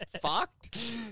fucked